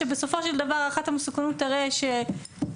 שבסופו של דבר הערכת המסוכנות תראה שאין